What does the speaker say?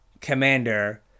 commander